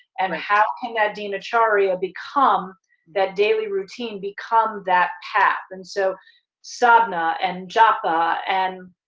and how can that dinacharya become that daily routine, become that path? and so savna and japa and